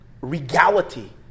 regality